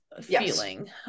feeling